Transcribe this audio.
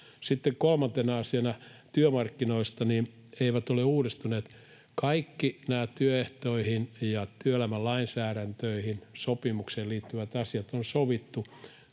kolmantena asiana työmarkkinoista se, että ne eivät ole uudistuneet: Kaikki nämä työehtoihin ja työelämän lainsäädäntöihin, sopimuksiin liittyvät asiat on sovittu